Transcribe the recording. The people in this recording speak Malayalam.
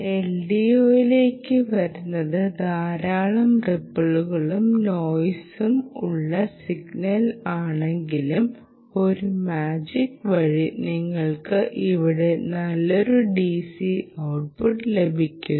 LDOയ ലേക്ക് വരുന്നത് ധാരാളം റിപ്പിളും നോയ്സും ഉള്ള നിഗ്നൽ ആണെങ്കിലും ഒരു മാജിക് വഴി നിങ്ങൾക്ക് ഇവിടെ നല്ലൊരു DC ഔട്ട്പുട്ട് ലഭിക്കുന്നു